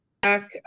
back